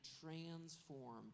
transform